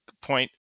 point